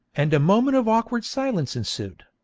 and a moment of awkward silence ensued.